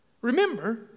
Remember